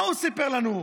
מה הוא סיפר לנו?